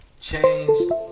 change